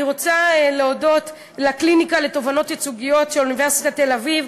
אני רוצה להודות לקליניקה לתובענות ייצוגיות של אוניברסיטת תל-אביב.